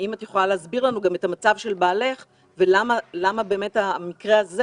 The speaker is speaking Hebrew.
אם את יכולה להסביר לנו את המצב של בעלך ולמה המקרה הזה